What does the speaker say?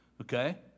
okay